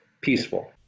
peaceful